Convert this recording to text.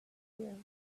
fear